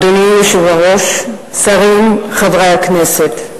אדוני היושב-ראש, שרים, חברי הכנסת,